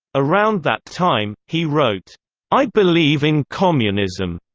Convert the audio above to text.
around that time, he wrote i believe in communism.